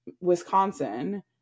Wisconsin